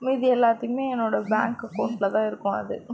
மீதி எல்லாத்துக்குமே என்னோட பேங்க் அக்கௌண்ட்டில்தான் இருக்கும் அது